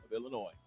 Illinois